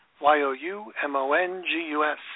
Y-O-U-M-O-N-G-U-S